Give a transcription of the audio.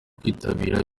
kwitabira